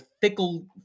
fickle